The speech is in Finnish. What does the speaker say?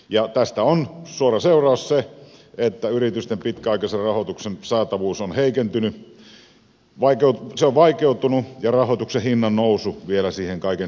tästä on suora seuraus se että yritysten pitkäaikaisen rahoituksen saatavuus on heikentynyt se on vaikeutunut ja rahoituksen hinnannousu siihen vielä kaiken lisäksi